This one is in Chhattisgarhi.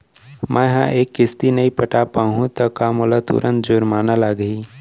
मैं ए महीना किस्ती नई पटा पाहू त का मोला तुरंत जुर्माना लागही?